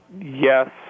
Yes